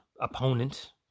opponent